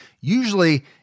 usually